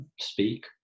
speak